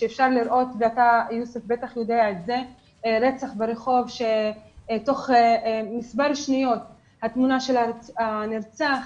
אפשר לראות רצח ברחוב כאשר תוך מספר שניות התמונה של הנרצח